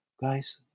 guys